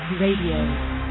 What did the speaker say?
Radio